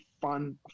fun